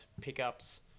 pickups